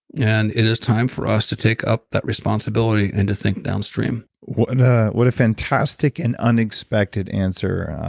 and it is time for us to take up that responsibility and to think downstream what ah what a fantastic and unexpected answer.